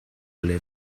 live